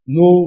no